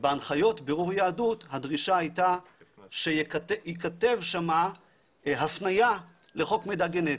בהנחיות בירור יהדות הדרישה הייתה שייכתב שם הפניה לחוק מידע גנטי.